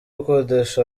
ukodesha